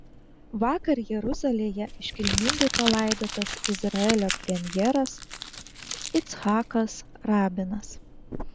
vakar jeruzalėje iškilmingai palaidotas izraelio premjeras icchakas rabinas